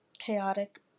chaotic